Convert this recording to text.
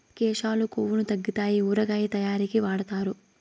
కేశాలు కొవ్వును తగ్గితాయి ఊరగాయ తయారీకి వాడుతారు